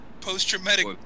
Post-traumatic